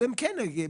כאן אני יושבת כרגע.